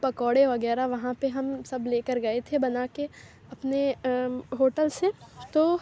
پکوڑے وغیرہ وہاں پہ ہم سب لے کر گئے تھے بنا کے اپنے ہوٹل سے تو